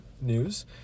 news